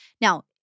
Now